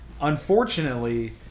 Unfortunately